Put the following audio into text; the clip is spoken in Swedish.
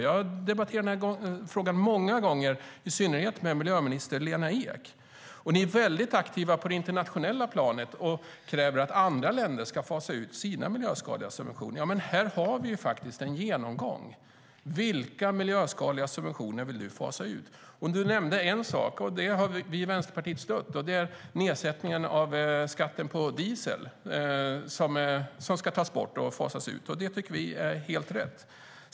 Jag har debatterat den frågan många gånger, i synnerhet med miljöminister Lena Ek. Ni är väldigt aktiva på det internationella planet och kräver att andra länder ska fasa ut sina miljöskadliga subventioner. Men här har vi ju faktiskt en genomgång! Vilka miljöskadliga subventioner vill du fasa ut? Du nämnde en sak, och det har vi i Västerpartiet stött. Det är nedsättningen av skatten på diesel, som ska fasas ut och tas bort. Vi tycker att det är helt rätt.